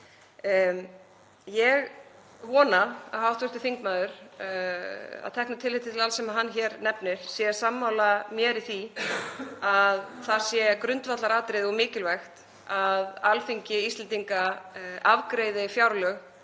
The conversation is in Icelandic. Ég vona að hv. þingmaður, að teknu tilliti til alls sem hann nefnir hér, sé sammála mér í því að það sé grundvallaratriði og mikilvægt að Alþingi Íslendinga afgreiði fjárlög